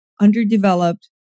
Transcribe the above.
underdeveloped